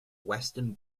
western